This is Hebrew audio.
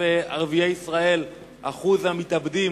שאחוז המתאבדים